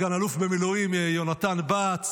סגן אלוף במילואים יונתן בהט,